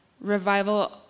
revival